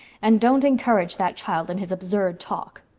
and don't encourage that child in his absurd talk.